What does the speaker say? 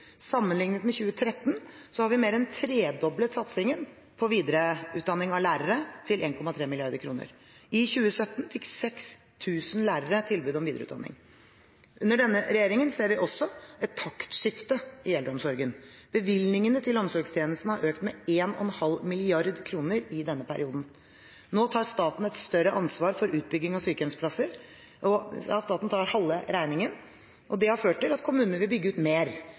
Sammenlignet med 2013 har vi mer enn tredoblet satsingen på videreutdanning av lærere, til 1,3 mrd. kroner. I 2017 fikk 6 000 lærere tilbud om videreutdanning. Under denne regjeringen ser vi også et taktskifte i eldreomsorgen. Bevilgningene til omsorgstjenestene har økt med 1,5 mrd. kr i denne perioden. Nå tar staten et større ansvar for utbygging av sykehjemsplasser, staten tar nå halve regningen. Det har ført til at kommunene vil bygge ut mer.